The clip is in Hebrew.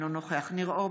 אינו נוכח ניר אורבך,